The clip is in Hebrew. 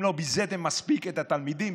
אם לא ביזיתם מספיק את התלמידים,